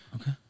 Okay